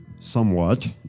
somewhat